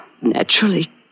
Naturally